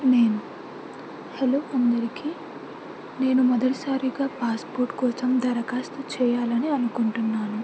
నేను హలో అందరికీ నేను మొదటిసారిగా పాస్పోర్ట్ కోసం దరఖాస్తు చేయాలని అనుకుంటున్నాను